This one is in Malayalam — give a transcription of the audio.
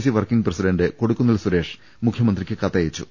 C working president Kodikunnil Suresh മുഖ്യമന്ത്രിക്ക് കത്തയച്ചു